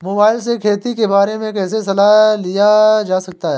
Mobile से खेती के बारे कैसे सलाह लिया जा सकता है?